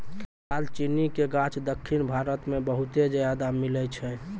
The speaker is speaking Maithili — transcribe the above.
दालचीनी के गाछ दक्खिन भारत मे बहुते ज्यादा मिलै छै